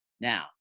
Now